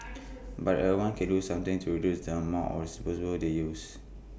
but everyone can do something to reduce the amount of disposables they use